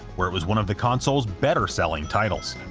where it was one of the console's better-selling titles.